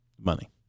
Money